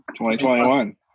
2021